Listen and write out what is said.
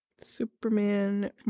Superman